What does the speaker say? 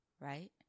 right